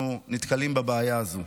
אנחנו נתקלים בבעיה הזו.